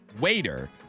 waiter